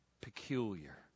Peculiar